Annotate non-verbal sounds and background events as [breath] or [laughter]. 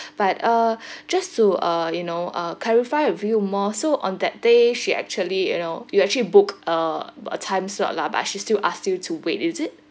[breath] but uh [breath] just to uh you know uh clarify with you more so on that day she actually you know you actually booked a time slot lah but she still asked you to wait is it